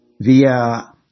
via